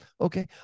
Okay